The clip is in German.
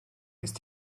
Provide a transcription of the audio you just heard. ist